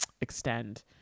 extend